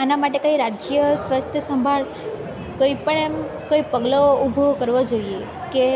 આના માટે કઈ રાજ્ય સ્વસ્થ સંભાળ કોઈપણ એમ કોઈ પગલાં ઊભા કરવો જોઈએ કે